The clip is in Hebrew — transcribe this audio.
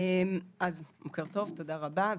תודה רבה.